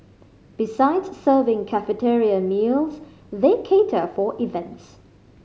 besides serving cafeteria meals they cater for events